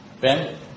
Ben